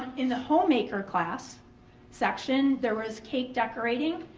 in the homemaker class section there was cake decorating,